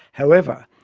however,